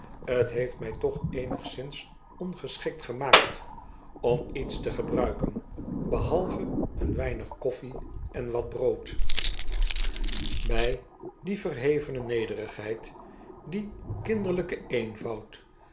t heeft mij toch eenigszins ongeschikt gemaakt om iets te gebruiken behalve een weinig koffie en wat brood bij die verhevene nederigheid dien kinderlijken eenvoud